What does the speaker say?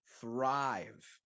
thrive